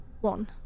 One